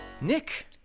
Nick